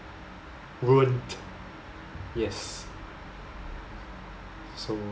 ruined yes so